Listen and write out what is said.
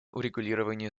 урегулирование